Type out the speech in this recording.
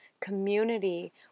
community